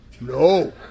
no